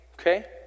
okay